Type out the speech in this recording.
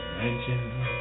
Imagine